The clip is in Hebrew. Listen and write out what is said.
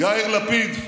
יאיר לפיד,